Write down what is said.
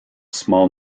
small